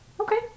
Okay